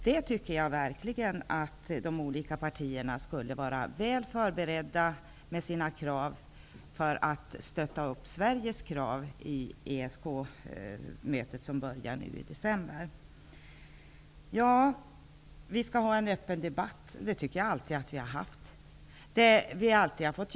Då tycker jag verkligen att de olika partierna skulle vara väl förberedda med sina krav för att stödja Sveriges krav vid det ESK-möte som börjar i december. Vi skall ha en öppen debatt. Det tycker jag att vi alltid har haft.